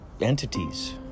entities